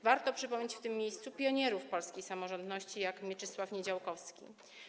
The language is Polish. Warto przypomnieć w tym miejscu pionierów polskiej samorządności, takich jak Mieczysław Niedziałkowski.